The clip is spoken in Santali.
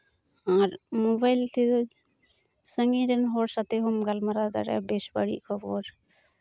ᱟᱨ ᱢᱳᱵᱟᱭᱤᱞ ᱛᱮᱫᱚ ᱥᱟᱺᱜᱤᱧ ᱨᱮᱱ ᱦᱚᱲ ᱥᱟᱣᱛᱮ ᱦᱚᱸᱢ ᱜᱟᱞᱢᱟᱨᱟᱣ ᱫᱟᱲᱮᱭᱟᱜᱼᱟ ᱵᱮᱥ ᱵᱟᱹᱲᱤᱡ ᱠᱷᱚᱵᱚᱨ